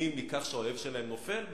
שנהנים מכך שהאויב שלהם נופל,